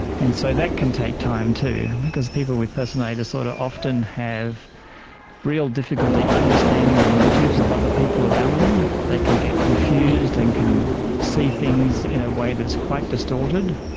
and so that can take time too because people with personality disorder often have real difficulty understanding the motives of other people around them. they can get confused and can see things in a way that is quite distorted.